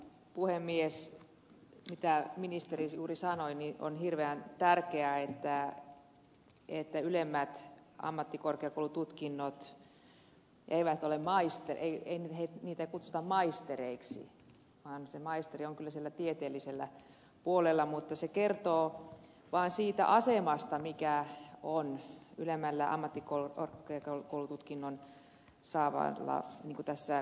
kuten ministeri juuri sanoi on hirveän tärkeää että ylemmän ammattikorkeakoulututkinnon suorittaneita ei kutsua maistereiksi vaan se maisteri on kyllä siellä tieteellisellä puolella mutta se kertoo vaan siitä asemasta mikä on ylemmän ammattikorkeakoulututkinnon suorittavalla tässä järjestelmässä